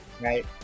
right